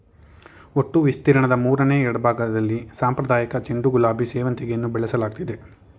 ಒಟ್ಟು ವಿಸ್ತೀರ್ಣದ ಮೂರನೆ ಎರಡ್ಭಾಗ್ದಲ್ಲಿ ಸಾಂಪ್ರದಾಯಿಕ ಚೆಂಡು ಗುಲಾಬಿ ಸೇವಂತಿಗೆಯನ್ನು ಬೆಳೆಸಲಾಗ್ತಿದೆ